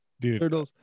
Dude